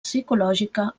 psicològica